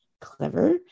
clever